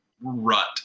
rut